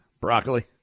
Broccoli